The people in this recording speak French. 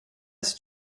c’est